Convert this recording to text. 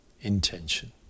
intention